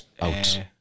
out